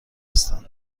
هستند